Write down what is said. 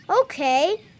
Okay